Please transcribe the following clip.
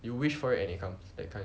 you wish for it and it comes that kind